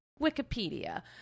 Wikipedia